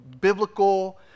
biblical